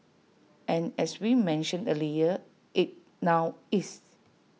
and as we mentioned earlier IT now is